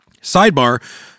Sidebar